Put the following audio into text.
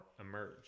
emerge